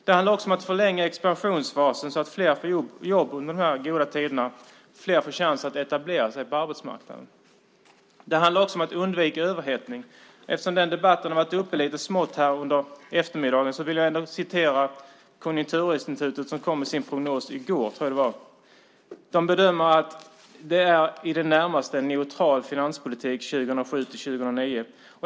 Det handlar också om att förlänga expansionsfasen så att fler får jobb under dessa goda tider och får chans att etablera sig på arbetsmarknaden. Det handlar också om att undvika överhettning. Eftersom den debatten har varit uppe lite smått under eftermiddagen vill jag referera till Konjunkturinstitutet som kom med sin prognos i går, tror jag. Man bedömer att det är i det närmaste en neutral finanspolitik 2007-2009.